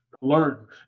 learn